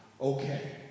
okay